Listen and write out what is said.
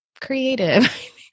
creative